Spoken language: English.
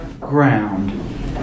ground